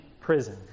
prison